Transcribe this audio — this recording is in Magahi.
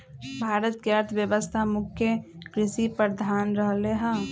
भारत के अर्थव्यवस्था मुख्य कृषि प्रधान रहलै ह